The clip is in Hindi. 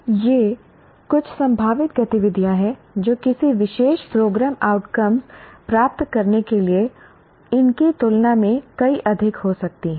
तो ये कुछ संभावित गतिविधियाँ हैं जो किसी विशेष प्रोग्राम आउटकम्स प्राप्त करने के लिए इनकी तुलना में कई अधिक हो सकती हैं